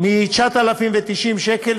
מ-9,090 שקל,